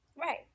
Right